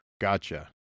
Gotcha